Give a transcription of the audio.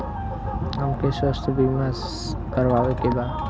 हमके स्वास्थ्य बीमा करावे के बा?